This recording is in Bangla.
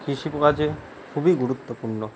কৃষিকাজে খুবই গুরুত্বপূর্ণ